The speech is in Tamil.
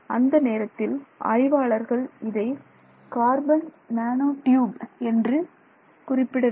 அந்த நேரத்தில் ஆய்வாளர்கள் இதை கார்பன் நேனோ டியூப் என்று பெயரிடவில்லை